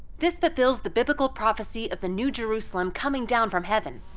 this fulfills the biblical prophecy of the new jerusalem coming down from heaven.